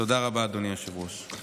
תודה רבה, אדוני היושב-ראש.